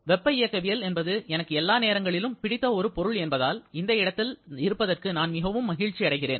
வெப்ப இயக்கவியல் என்பது எனக்கு எல்லா நேரத்திலும் பிடித்த ஒரு பொருள் என்பதால் இந்த இடத்தில் இருப்பதற்கு நான் மிகவும் மகிழ்ச்சியடைகிறேன்